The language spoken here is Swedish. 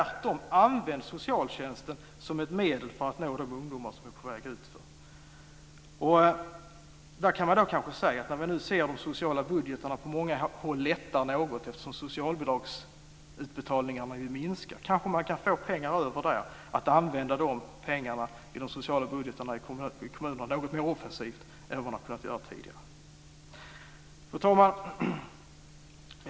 Använd i stället socialtjänsten som ett medel för att nå de ungdomar som är på väg utför. Nu ser vi att de sociala budgetarna lättar något på många håll eftersom socialbidragsutbetalningarna minskar. Då kanske man kan få pengar över i de sociala budgetarna i kommunerna som kan användas något mer offensivt än tidigare. Fru talman!